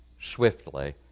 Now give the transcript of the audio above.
swiftly